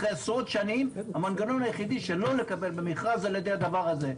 אחרי עשרות שנים המנגנון היחידי של לא לקבל במכרז זה הדבר הזה.